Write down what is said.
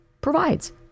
provides